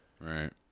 Right